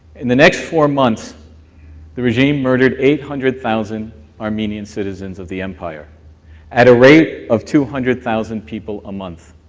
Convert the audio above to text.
in the next four months the regime murdered eight hundred thousand armenian citizens of the empire at a rate of two hundred thousand people a month,